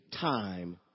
time